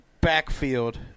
backfield